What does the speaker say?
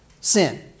sin